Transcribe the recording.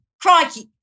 Crikey